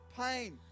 Pain